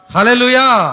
Hallelujah